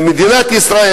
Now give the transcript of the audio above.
ומדינת ישראל,